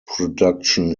production